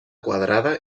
quadrada